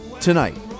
tonight